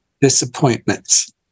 disappointments